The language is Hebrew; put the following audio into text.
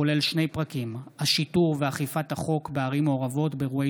הכולל שני פרקים: השיטור ואכיפת החוק בערים מעורבות באירועי